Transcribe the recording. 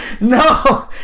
No